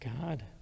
God